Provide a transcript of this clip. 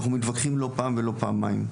אנחנו מתווכחים לא פעם ולא פעמיים.